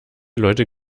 leute